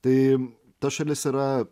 tai ta šalis yra